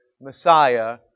Messiah